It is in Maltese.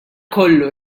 kollu